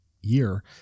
year